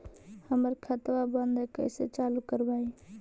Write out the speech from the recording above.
हमर खतवा बंद है कैसे चालु करवाई?